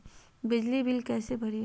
बिजली बिल कैसे भरिए?